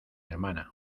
hermana